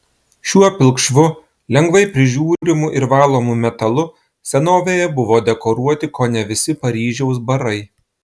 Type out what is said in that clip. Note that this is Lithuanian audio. šiuo pilkšvu lengvai prižiūrimu ir valomu metalu senovėje buvo dekoruoti kone visi paryžiaus barai